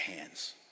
hands